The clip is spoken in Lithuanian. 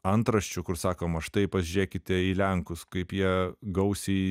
antraščių kur sakoma štai pasižiūrėkite į lenkus kaip jie gausiai